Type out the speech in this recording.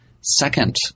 second